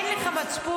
אין לך מצפון?